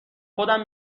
خودم